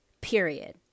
period